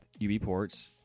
UBPorts